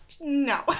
No